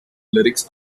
lyrics